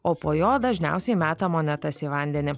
o po jo dažniausiai meta monetas į vandenį